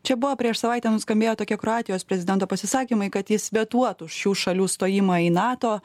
čia buvo prieš savaitę nuskambėję tokie kroatijos prezidento pasisakymai kad jis vetuotų šių šalių stojimą į nato